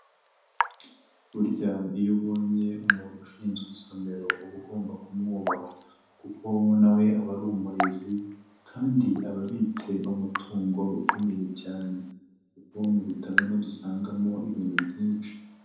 Burya iyo ubonye umuntu ushinzwe isomero uba ugomba kumwubaha kuko uwo nawe aba ari umurezi kandi aba abitse umutungo ukomeye cyane, kuko mu bitabo niho dusangamo ibintu byinshi.